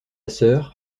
sœur